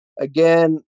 again